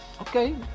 okay